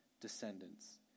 descendants